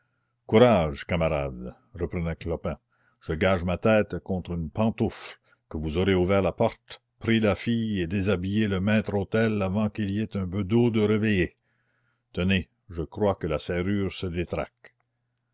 courage camarades reprenait clopin je gage ma tête contre une pantoufle que vous aurez ouvert la porte pris la fille et déshabillé le maître-autel avant qu'il y ait un bedeau de réveillé tenez je crois que la serrure se détraque